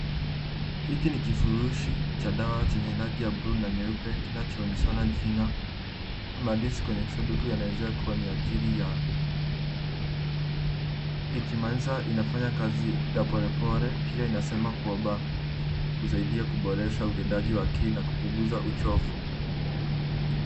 Hiki ni kifurushi cha dawa chenye rangi ya bluu na nyeupe, kinachooneshana jina. Maandishi kwenye kisanduku yanaelezea kuwa niyajili ya...ikimaanisha inafanya kazi ya polepole, pia inasema kwamba kusaidia kuboresha utendaji wa akili na kupunguza uchovu.